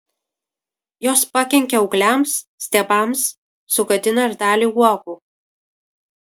jos pakenkia ūgliams stiebams sugadina ir dalį uogų